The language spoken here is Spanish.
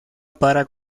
para